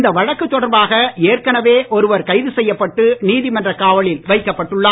இந்த வழக்கு தொடர்பாக ஏற்கனவே ஒருவர் கைது செய்யப்பட்டு நீதிமன்ற காவலில் வைக்கப்பட்டுள்ளார்